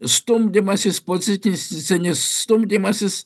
stumdymasis pozitistinis stumdymasis